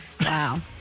Wow